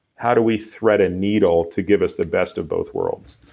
how do we thread a needle to give us the best of both worlds?